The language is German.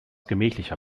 gemächlicher